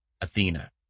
Athena